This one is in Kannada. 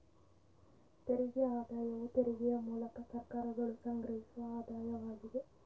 ತೆರಿಗೆ ಆದಾಯವು ತೆರಿಗೆಯ ಮೂಲಕ ಸರ್ಕಾರಗಳು ಸಂಗ್ರಹಿಸುವ ಆದಾಯವಾಗಿದೆ